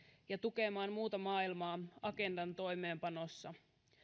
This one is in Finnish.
ja tukemaan muuta maailmaa agendan toimeenpanossa